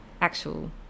actual